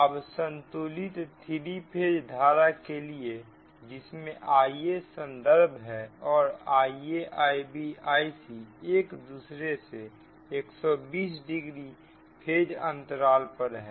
अब संतुलित 3 फेज धारा के लिए जिसमें Iaसंदर्भ है और IaIbIcएक दूसरे से 120 डिग्री फेज अंतराल पर हैं